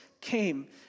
came